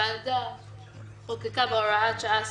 אבל היא חוקקה בהוראת שעה,